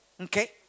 Okay